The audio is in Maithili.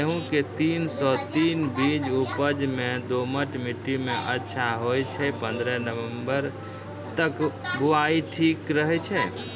गेहूँम के तीन सौ तीन बीज उपज मे दोमट मिट्टी मे अच्छा होय छै, पन्द्रह नवंबर तक बुआई ठीक रहै छै